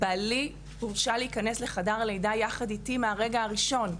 בעלי הורשה להיכנס לחדר הלידה יחד אתי מהרגע הראשון.